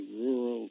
rural